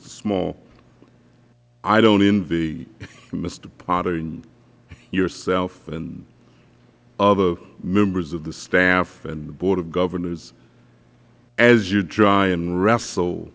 small i don't envy mister potter and yourself and other members of the staff and the board of governors as you try and wrestle